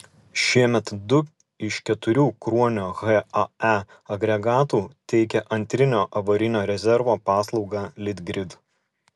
šiemet du iš keturių kruonio hae agregatų teikia antrinio avarinio rezervo paslaugą litgrid